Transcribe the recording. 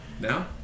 Now